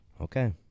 Okay